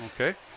Okay